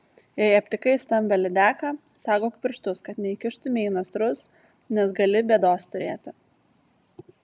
jei aptikai stambią lydeką saugok pirštus kad neįkištumei į nasrus nes gali bėdos turėti